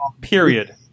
Period